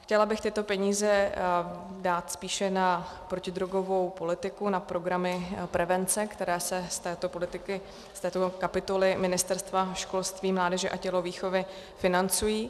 Chtěla bych tyto peníze dát spíše na protidrogovou politiku, na programy prevence, které se z této kapitoly Ministerstva školství, mládeže a tělovýchovy financují.